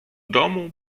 domu